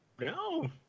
No